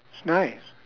it's nice